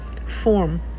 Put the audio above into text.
form